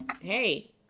Hey